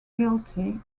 guilty